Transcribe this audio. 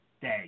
day